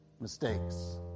mistakes